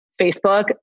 Facebook